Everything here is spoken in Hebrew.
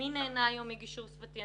מי נהנה היום מגישור שפתי?